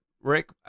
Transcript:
rick